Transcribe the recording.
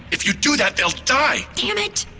if you do that they'll die! dammit!